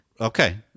Okay